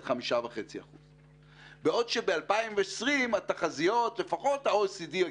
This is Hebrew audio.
5.5%. בעוד שב-2020 התחזיות של ה-OECD